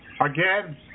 again